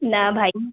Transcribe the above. न भाई